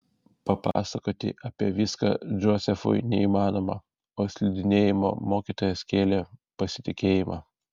papasakoti apie viską džozefui neįmanoma o slidinėjimo mokytojas kėlė pasitikėjimą